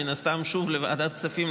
מן הסתם שוב לוועדת הכספים,